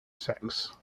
sects